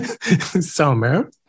Summer